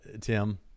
Tim